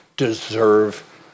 Deserve